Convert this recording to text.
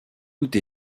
doute